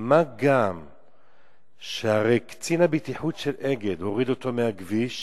מה גם שקצין הבטיחות של "אגד" הוריד אותו מהכביש